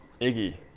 Iggy